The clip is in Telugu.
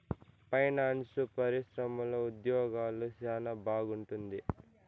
పైనాన్సు పరిశ్రమలో ఉద్యోగాలు సెనా బాగుంటుంది